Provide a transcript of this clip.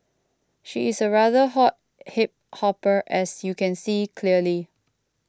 she's a rather hot hip hopper as you can see clearly